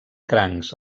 crancs